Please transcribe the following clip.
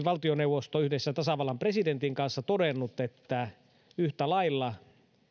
valtioneuvosto yhdessä tasavallan presidentin kanssa on myös todennut että yhtä lailla